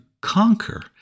conquer